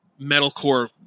metalcore